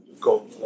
go